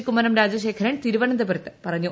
കുമ്മനം രാജശേഖരൻ തിരുവനന്തപുരത്ത് പറഞ്ഞു